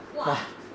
!wah!